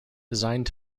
designed